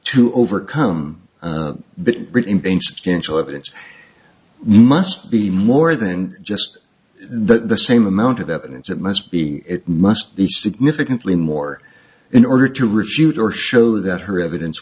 evidence must be more than just the same amount of evidence it must be it must be significantly more in order to refute or show that her evidence